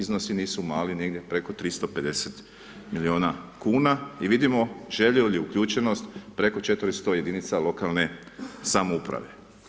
Iznosi nisu mali negdje preko 350 milijuna kuna i vidimo želju i uključenost preko 400 jedinica lokalne samouprave.